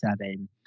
seven